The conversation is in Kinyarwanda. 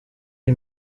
iyi